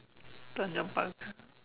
Tanjong-Pagar